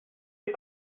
est